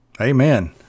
Amen